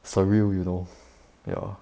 so will you know ya